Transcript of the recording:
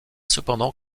cependant